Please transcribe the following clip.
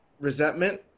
resentment